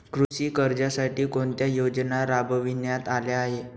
कृषी कर्जासाठी कोणत्या योजना राबविण्यात आल्या आहेत?